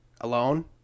alone